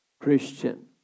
Christian